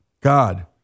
God